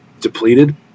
depleted